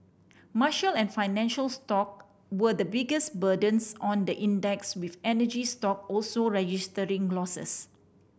and financial stock were the biggest burdens on the index with energy stock also registering losses